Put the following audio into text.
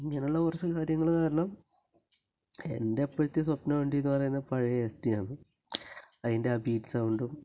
ഇങ്ങനെയുള്ള കുറച്ച് കാര്യങ്ങൾ കാരണം എൻ്റെ ഇപ്പോഴത്തെ സ്വപ്ന വണ്ടി എന്ന് പറയുന്നത് പഴയ എസ്ടിയാണ് അതിൻ്റെ ആ ബീറ്റ് സൗണ്ടും